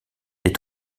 des